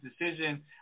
decision